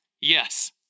Yes